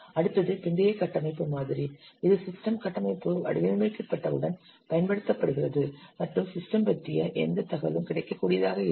அடுத்தது பிந்தைய கட்டமைப்பு மாதிரி இது சிஸ்டம் கட்டமைப்பு வடிவமைக்கப்பட்டவுடன் பயன்படுத்தப்படுகிறது மற்றும் சிஸ்டம் பற்றிய எந்த தகவலும் கிடைக்கக்கூடியதாக இல்லை